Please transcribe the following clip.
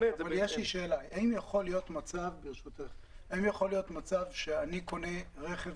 האם יכול להיות מצב שאני קונה רכב